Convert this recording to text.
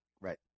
right